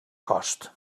cost